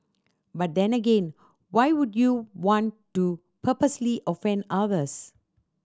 but then again why would you want to purposely offend others